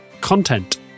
content